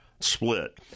split